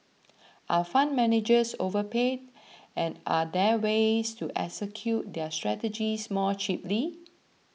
are fund managers overpaid and are there ways to execute their strategies more cheaply